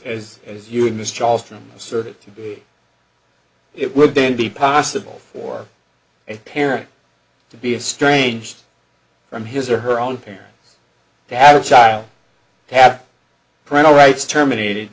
is as you in this charleston asserted to be it would then be possible for a parent to be a strange from his or her own parent to have a child have parental rights terminated